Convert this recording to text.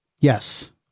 Yes